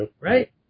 Right